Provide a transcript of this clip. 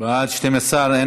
מס' 10), התשע"ט 2018, נתקבל.